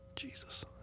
Jesus